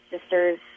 sisters